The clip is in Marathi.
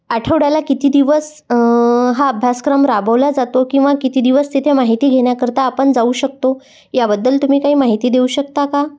आठवड्याला किती दिवस हा अभ्यासक्रम राबवला जातो किंवा किती दिवस तिथे माहिती घेण्याकरता आपण जाऊ शकतो याबद्दल तुम्ही काही माहिती देऊ शकता का